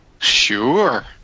Sure